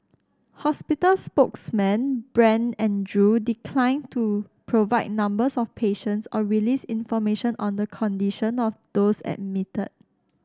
hospital spokesman Brent Andrew declined to provide numbers of patients or release information on the condition of those admitted